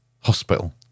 Hospital